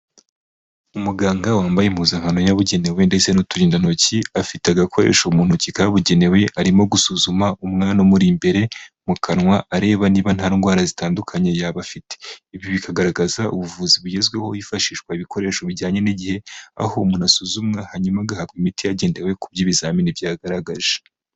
Umuganga wambaye impuzankano yabugenewe ndetse n'uturindantoki, afite agakoresho mu ntoki kabugenewe, arimo gusuzuma umwana umuri imbere, mu kanwa, areba niba nta ndwara zitandukanye yaba afite. Ibi bikagaragaza ubuvuzi bugezweho, hifashishwa ibikoresho bijyanye n'igihe, aho umuntu asuzumwa, hanyuma agahabwa imiti hagendewe ku byo ibizamini byagaragaje.